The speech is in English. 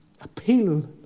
appeal